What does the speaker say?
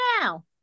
now